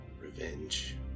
revenge